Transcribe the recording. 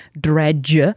Dredge